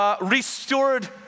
Restored